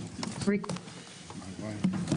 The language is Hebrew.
הישיבה ננעלה